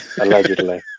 allegedly